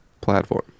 platform